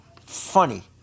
funny